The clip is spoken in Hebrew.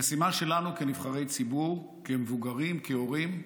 המשימה שלנו כנבחרי ציבור, כמבוגרים, כהורים,